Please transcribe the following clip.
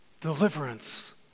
Deliverance